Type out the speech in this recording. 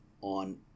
on